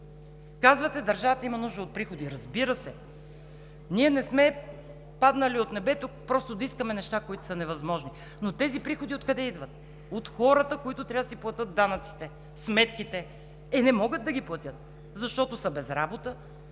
Казвате: държавата има нужда от приходи. Разбира се. Ние не сме паднали от небето просто да искаме неща, които са невъзможни. Но тези приходи откъде идват – от хората, които трябва да си платят данъците, сметките. Е не могат да ги платят, защото са без работа.